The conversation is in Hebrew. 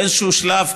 באיזשהו שלב,